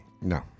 No